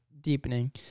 deepening